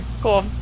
cool